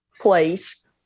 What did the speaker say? place